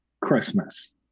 Christmas